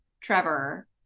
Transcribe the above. trevor